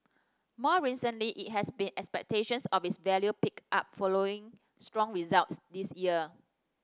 more recently it has seen expectations of its value pick up following strong results this year